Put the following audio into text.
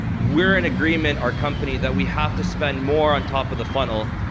we're in agreement, our company, that we have to spend more on top of the funnel,